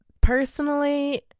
Personally